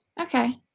Okay